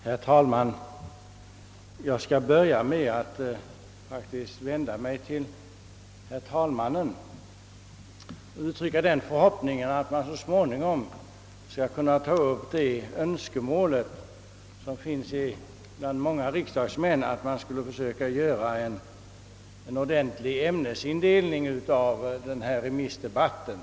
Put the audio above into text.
Herr talman! Jag skall faktiskt börja med att vända mig till herr talmannen och uttrycka den förhoppningen att han så småningom skall kunna ta upp det önskemål som många riksdagsmän hyser, nämligen att det företas en ordentlig ämnesindelning av remissdebatten.